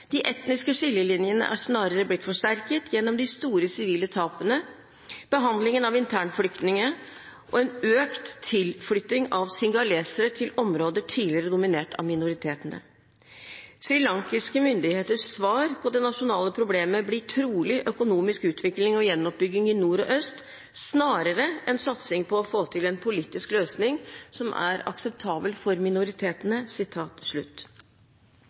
De etniske skillelinjene er snarere blitt forsterket gjennom de store sivile tapene, behandlingen av internflyktningene og en økt tilflytting av singalesere til områder tidligere dominert av minoritetene. Srilankiske myndigheters svar på det nasjonale problemet blir trolig økonomisk utvikling og gjenoppbygging i nord og øst snarere enn satsing på å få til en politisk løsning som er akseptabel for minoritetene.»